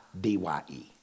D-Y-E